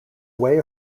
way